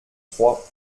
trois